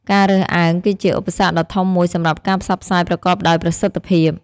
ការរើសអើង គឺជាឧបសគ្គដ៏ធំមួយសម្រាប់ការផ្សព្វផ្សាយប្រកបដោយប្រសិទ្ធភាព។